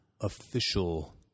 official